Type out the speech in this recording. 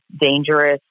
dangerous